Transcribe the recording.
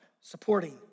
supporting